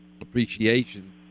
appreciation